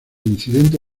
incidente